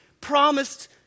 promised